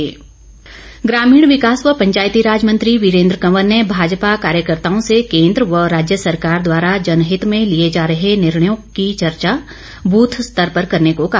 वीरेन्द्र कंवर ग्रामीण विकास व पंचायतीराज मंत्री वीरेन्द्र कंवर ने भाजपा कार्यकर्ताओं से केन्द्र व राज्य सरकार द्वारा जनहित में लिए जा रहे निर्णयों की चर्चा बूथ स्तर पर करने को कहा